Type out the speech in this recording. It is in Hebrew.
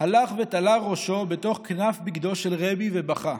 הלך ותלה ראשו בתוך כנף בגדו של רבי ובכה.